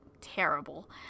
terrible